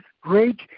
great